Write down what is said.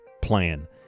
plan—